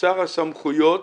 חסר הסמכויות